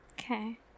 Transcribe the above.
Okay